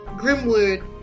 Grimwood